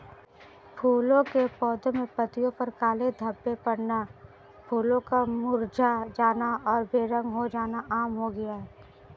फूलों के पौधे में पत्तियों पर काले धब्बे पड़ना, फूलों का मुरझा जाना और बेरंग हो जाना आम हो गया है